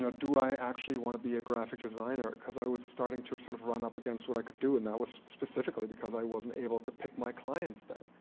do i actually want to be a graphic designer? because i was starting to sort of run up against what i could do, and that was specifically because i wasn't able to pick my clients then.